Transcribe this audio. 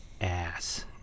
ass